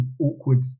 awkward